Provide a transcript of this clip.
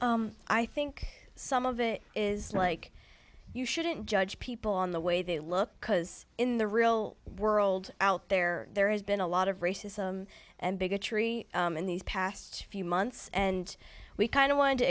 i think some of it is like you shouldn't judge people on the way they look because in the real world out there there has been a lot of racism and bigotry in these past few months and we kind of want to